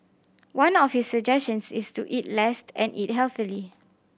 one of his suggestions is to eat less and eat healthily